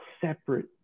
separate